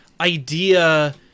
idea